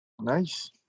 Nice